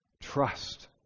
Trust